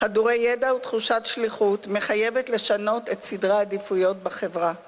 חדורי ידע ותחושת שליחות, מחייבת לשנות את סדרי העדיפויות בחברה.